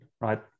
right